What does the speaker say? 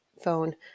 phone